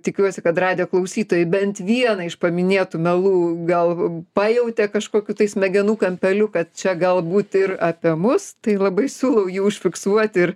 tikiuosi kad radijo klausytojai bent vieną iš paminėtų melų gal pajautė kažkokiu tai smegenų kampeliu kad čia galbūt ir apie mus tai labai siūlau jį užfiksuoti ir